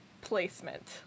placement